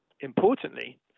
Importantly